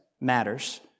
matters